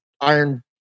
Iron